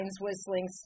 whistling